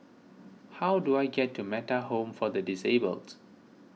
how do I get to Metta Home for the Disabled